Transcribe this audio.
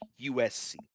USC